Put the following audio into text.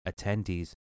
attendees